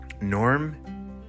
Norm